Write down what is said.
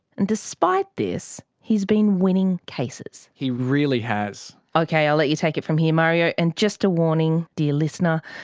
and despite this. he's been winning cases. he really has. okay, i'll let you take it from here mario. and just a warning dear listener,